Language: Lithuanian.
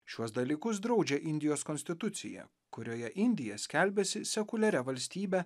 šiuos dalykus draudžia indijos konstitucija kurioje indija skelbiasi sekuliaria valstybe